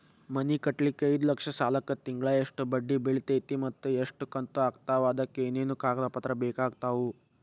ಮನಿ ಕಟ್ಟಲಿಕ್ಕೆ ಐದ ಲಕ್ಷ ಸಾಲಕ್ಕ ತಿಂಗಳಾ ಎಷ್ಟ ಬಡ್ಡಿ ಬಿಳ್ತೈತಿ ಮತ್ತ ಎಷ್ಟ ಕಂತು ಆಗ್ತಾವ್ ಅದಕ ಏನೇನು ಕಾಗದ ಪತ್ರ ಬೇಕಾಗ್ತವು?